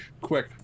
quick